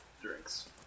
drinks